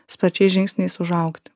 sparčiais žingsniais užaugti